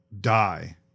die